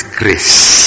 grace